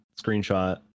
screenshot